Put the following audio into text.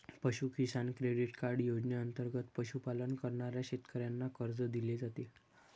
पशु किसान credit card योजनेंतर्गत पशुपालन करणाऱ्या शेतकऱ्यांना कर्ज दिले जाते